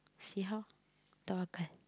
see how tawakkal